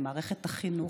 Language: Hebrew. במערכת החינוך,